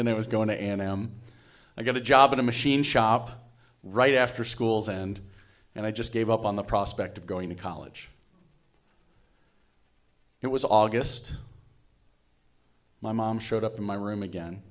princeton it was going to and i am i got a job in a machine shop right after schools and and i just gave up on the prospect of going to college it was august my mom showed up in my room again